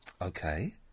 Okay